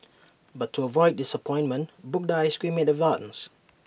but to avoid disappointment book the Ice Cream in advance